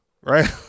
right